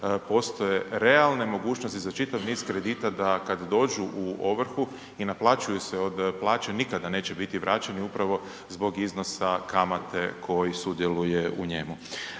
postoje realne mogućnosti za čitav niz kredita da kad dođu u ovrhu i naplaćuju se od plaće nikada neće biti vraćeni upravo zbog iznosa kamate koji sudjeluje u njemu.